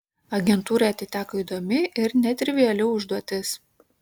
agentūrai atiteko įdomi ir netriviali užduotis